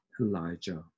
elijah